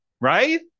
Right